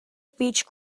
speech